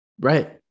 right